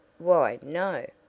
why, no.